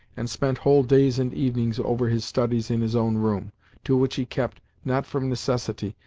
and spent whole days and evenings over his studies in his own room to which he kept, not from necessity,